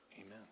Amen